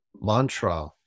mantra